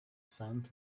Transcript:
sand